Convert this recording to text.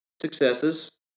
successes